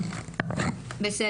אני